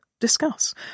discuss